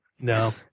No